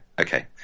okay